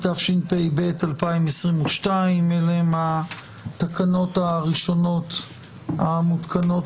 (תיקון מס'...) התשפ"ב 2022. התקנות הראשונות המותקנות